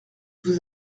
vous